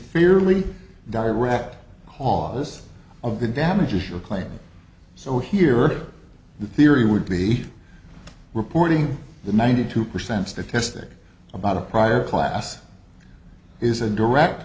fairly direct haws of the damages your claim so here the theory would be reporting the ninety two percent statistic about a prior class is a direct